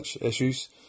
issues